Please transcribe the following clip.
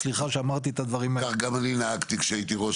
אז סליחה שאמרתי את הדברים האלה --- כך גם אני נהגתי כשהייתי ראש